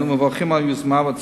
אנחנו מברכים על היוזמה של